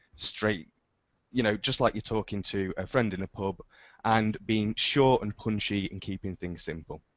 straight you know just like you're talking to a friend in a pub and being short and punchy and keeping things simple.